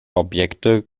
objekte